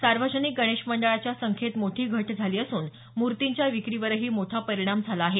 सार्वजनिक गणेश मंडळाच्या संख्येत मोठी घट झाली असून मुर्तींच्या विक्रीवरही मोठा परिणाम झाला आहे